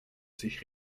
sich